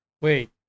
wait